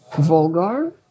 vulgar